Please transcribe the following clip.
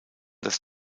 das